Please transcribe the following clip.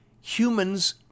humans